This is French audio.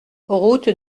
route